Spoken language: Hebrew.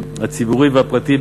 הציבורי והפרטי,